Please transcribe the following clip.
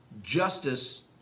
Justice